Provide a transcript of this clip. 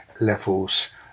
levels